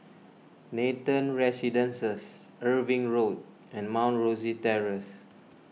Nathan Residences Irving Road and Mount Rosie Terrace